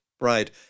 Right